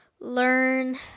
learn